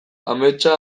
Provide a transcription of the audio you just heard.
ametsa